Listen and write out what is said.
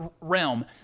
realm